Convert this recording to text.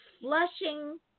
flushing